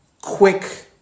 quick